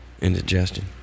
indigestion